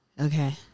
Okay